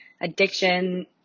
addiction